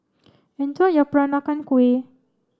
enjoy your Peranakan Kueh